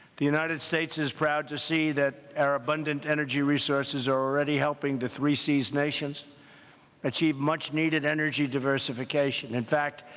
the united states is proud to see that our abundant energy resources are already helping the three seas nations achieve much-needed energy diversification. in fact,